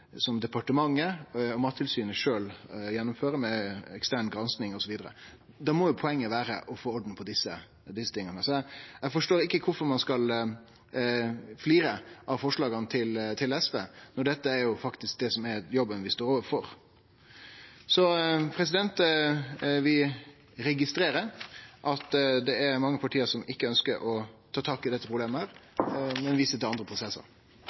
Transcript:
departementet og Mattilsynet sjølve gjennomfører, med ekstern gransking, osv. Da må jo poenget vere å få orden på desse tinga. Eg forstår ikkje kvifor ein skal flire av forslaga frå SV når dette faktisk er jobben vi står overfor. Vi registrerer at det er mange parti som ikkje ønskjer å ta tak i dette problemet, men viser til andre prosessar.